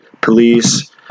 police